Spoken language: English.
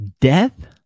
Death